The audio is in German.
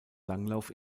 langlauf